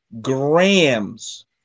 grams